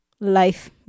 Life